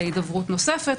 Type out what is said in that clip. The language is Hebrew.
להידברות נוספות.